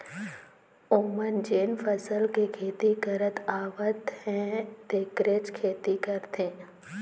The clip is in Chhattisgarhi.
ओमन जेन फसल के खेती करत आवत हे तेखरेच खेती करथे